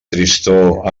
tristor